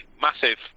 massive